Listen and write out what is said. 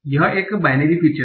यह एक binary feature है